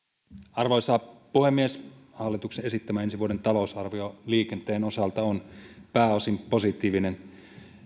arvoisa puhemies hallituksen esittämä ensi vuoden talousarvio liikenteen osalta on pääosin positiivinen